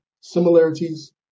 similarities